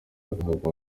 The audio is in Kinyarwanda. agahabwa